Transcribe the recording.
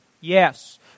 Yes